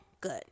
good